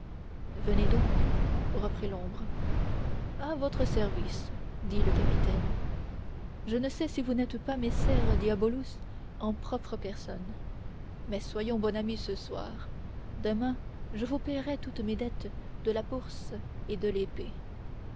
venez donc reprit l'ombre à votre service dit le capitaine je ne sais si vous n'êtes pas messer diabolus en propre personne mais soyons bons amis ce soir demain je vous paierai toutes mes dettes de la bourse et de l'épée